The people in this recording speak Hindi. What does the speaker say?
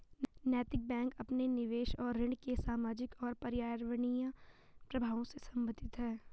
नैतिक बैंक अपने निवेश और ऋण के सामाजिक और पर्यावरणीय प्रभावों से संबंधित है